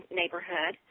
neighborhood